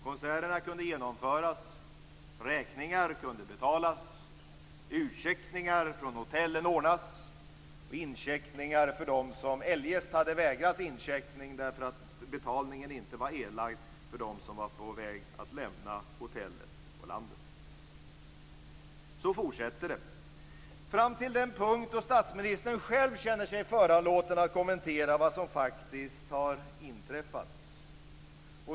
Konserterna kunde genomföras, räkningar kunde betalas, utcheckningar från hotellen kunde ordnas liksom incheckningar för dem som eljest hade vägrats incheckning därför att betalningen inte var erlagd för dem som var på väg att lämna hotellet och landet. Så fortsätter det, fram till den punkt då statsministern själv känner sig föranlåten att kommentera vad som faktiskt har inträffat.